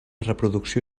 reproducció